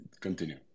continue